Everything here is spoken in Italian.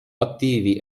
attivi